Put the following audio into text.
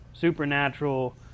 Supernatural